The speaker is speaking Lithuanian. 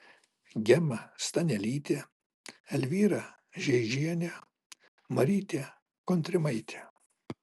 gema stanelytė elvyra žeižienė marytė kontrimaitė